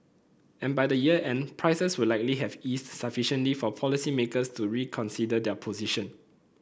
and by the year end prices would likely have eased sufficiently for policymakers to reconsider their position